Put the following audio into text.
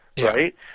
right